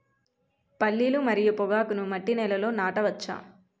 పల్లీలు మరియు పొగాకును మట్టి నేలల్లో నాట వచ్చా?